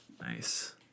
Nice